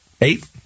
Eight